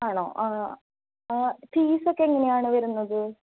ആണോ ഫീസൊക്കെ എങ്ങനെയാണ് വരുന്നത്